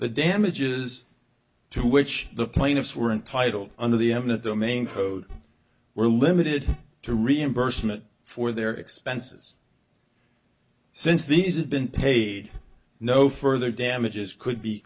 the damages to which the plaintiffs were entitled under the eminent domain code were limited to reimbursement for their expenses since these been paid no further damages could be